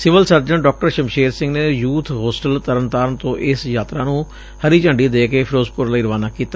civil surgeon ਡਾ ਸਮਸ਼ੇਰ ਸਿੰਘ ਨੇ youth hostel Tarn Taran ਤੋਂ ਇਸ ਯਾਤਰਾ ਹਰੀ ਝੰਡੀ ਦੇ ਕੇ ਫਿਰੋਜ਼ਪੁਰ ਲਈ ਰਵਾਨਾ ਕੀਤਾ